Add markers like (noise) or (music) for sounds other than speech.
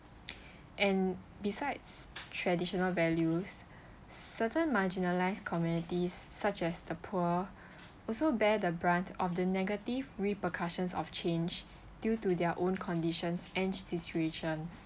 and besides traditional values certain marginalised communities such as the poor (breath) also bear the brunt of the negative repercussions of change due to their own conditions and situations